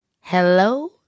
Hello